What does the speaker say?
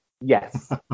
Yes